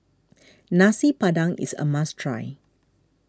Nasi Padang is a must try